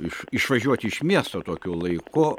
iš išvažiuoti iš miesto tokiu laiku